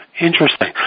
Interesting